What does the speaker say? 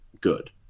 good